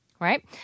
right